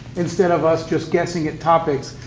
instead of us just guessing at topics.